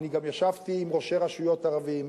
אני גם ישבתי עם ראשי רשויות ערבים,